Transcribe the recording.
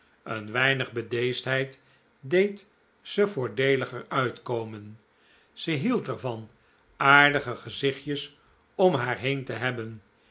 een weinig bedeesdheid deed ze voordeeliger uitkomen zij hield ervan aardige gezichtjes om haar heen te hebben